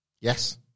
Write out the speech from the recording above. Yes